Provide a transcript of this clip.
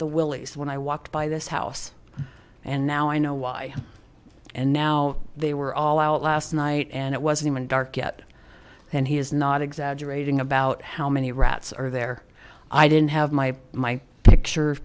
willies when i walked by this house and now i know why and now they were all out last night and it wasn't even dark yet and he is not exaggerating about how many rats are there i didn't have my my picture